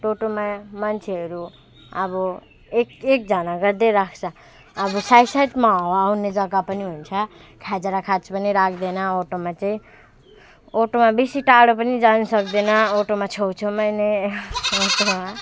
टोटोमा मान्छेहरू अब एक एकजना गर्दै राख्छ अब साइड साइडमा हावा आउने जगा पनि हुन्छ खचा र खच पनि राख्दैन अटोमा चाहिँ अटोमा बेसी टाढो पनि जानु सक्दैन अटोमा छेउ छेउमा नै